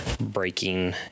breaking